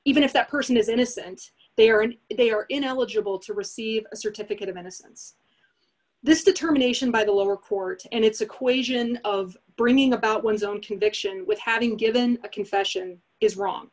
even if that person is innocent they are and they are ineligible to receive a certificate of innocence this determination by the lower court and its equation of bringing about one's own conviction with having given a confession is wrong